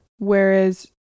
Whereas